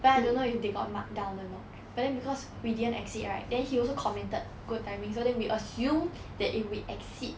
but I don't know if they got marked down or not but then because we didn't exceed right then he also commented good timing so then we assume that if we exceed